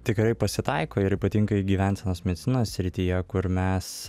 tikrai pasitaiko ir ypatingai gyvensenos medicinos srityje kur mes